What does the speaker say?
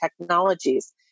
technologies